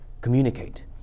communicate